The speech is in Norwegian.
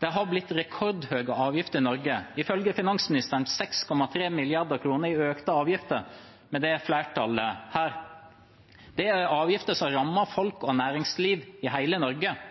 Det har blitt rekordhøye avgifter i Norge – ifølge finansministeren 6,3 mrd. kr i økte avgifter med dette flertallet. Det er avgifter som rammer folk og næringsliv i hele Norge.